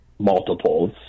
multiples